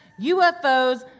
UFOs